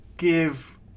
give